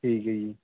ਠੀਕ ਹੈ ਜੀ